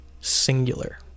Singular